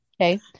Okay